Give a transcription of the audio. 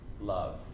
love